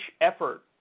effort